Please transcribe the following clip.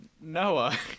Noah